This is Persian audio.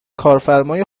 کارفرمای